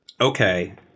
okay